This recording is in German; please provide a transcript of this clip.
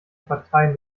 partei